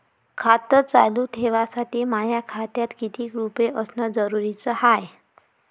खातं चालू ठेवासाठी माया खात्यात कितीक रुपये असनं जरुरीच हाय?